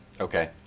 Okay